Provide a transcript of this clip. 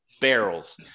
barrels